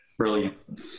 brilliant